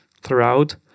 throughout